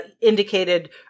indicated